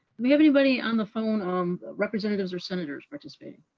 we have anybody on the phone, um representatives or senators participating?